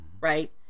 right